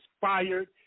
fired